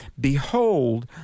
Behold